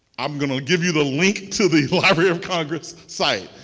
i'm going to give you the link to the library of congress site.